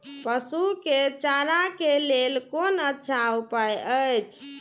पशु के चारा के लेल कोन अच्छा उपाय अछि?